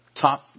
top